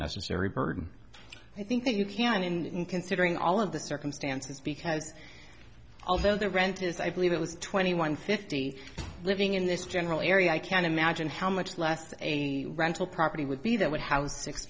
necessary burden i think you can in considering all of the circumstances because although the rent is i believe it was twenty one fifty living in this general area i can imagine how much less a rental property would be that would house six